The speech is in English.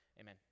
amen